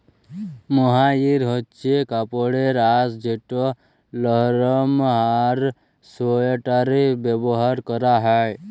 mohair হছে কাপড়ের আঁশ যেট লরম আর সোয়েটারে ব্যাভার ক্যরা হ্যয়